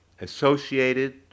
associated